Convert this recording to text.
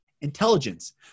intelligence